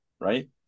right